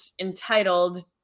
entitled